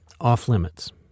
off-limits